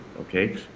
okay